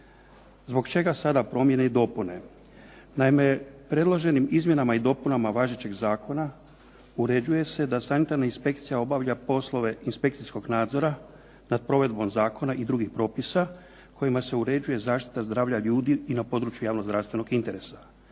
Zbog čega sada promjene i dopune? Naime, predloženim izmjenama i dopunama važećeg zakona uređuje se da sanitarna inspekcija obavlja poslove inspekcijskog nadzora nad provedbom zakona i drugih propisa kojima se uređuje zaštita zdravlja ljudi i na području javno zravstvenog interesa